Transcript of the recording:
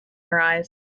arise